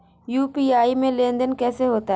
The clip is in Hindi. यू.पी.आई में लेनदेन कैसे होता है?